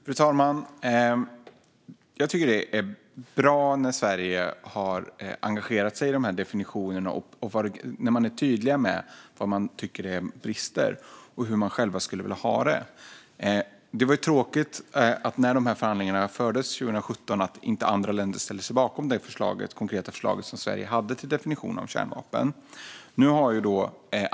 Fru talman! Jag tycker att det är bra att Sverige har engagerat sig i de här definitionerna och att man är tydlig med vad man tycker är brister och hur man själv skulle vilja ha det. Det var tråkigt att andra länder inte ställde sig bakom det konkreta förslag som Sverige hade till definition om kärnvapen när de här förhandlingarna fördes 2017.